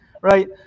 right